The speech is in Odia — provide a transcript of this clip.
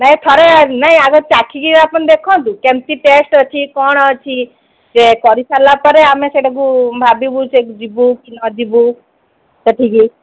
ନାଇଁ ଥରେ ନାଇଁ ଆଗ ଚାଖିକି ଆପଣ ଦେଖନ୍ତୁ କେମିତି ଟେଷ୍ଟ୍ ଅଛି କ'ଣ ଅଛି ଇଏ କରି ସାରିଲା ପରେ ଆମେ ସେଇଟାକୁ ଭାବିବୁ ସେ ଯିବୁ କି ନଯିବୁ ସେଠିକି